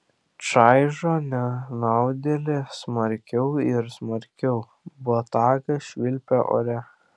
čaižo nenaudėlį smarkiau ir smarkiau botagas švilpia ore